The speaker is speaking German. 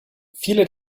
viele